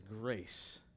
grace